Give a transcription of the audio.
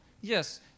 Yes